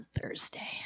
Thursday